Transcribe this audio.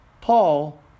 Paul